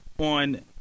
On